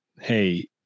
hey